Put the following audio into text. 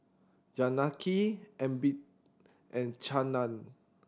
Janaki Amitabh and Chanda